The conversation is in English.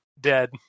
dead